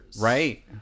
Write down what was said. Right